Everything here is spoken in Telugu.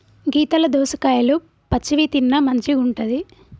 గీతల దోసకాయలు పచ్చివి తిన్న మంచిగుంటది